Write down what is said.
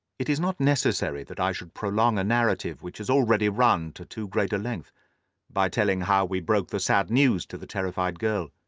it is not necessary that i should prolong a narrative which has already run to too great a length by telling how we broke the sad news to the terrified girl,